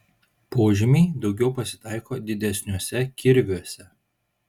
požymiai daugiau pasitaiko didesniuose kirviuose